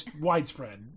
widespread